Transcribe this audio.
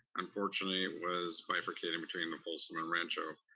unfortunately, it was bifurcated between folsom and rancho,